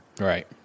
Right